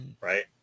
right